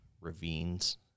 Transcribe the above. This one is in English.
ravines